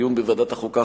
לדיון בוועדת החוקה,